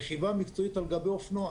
רכיבה מקצועית על גבי אופנוע.